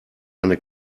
eine